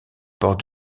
port